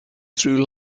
through